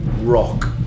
rock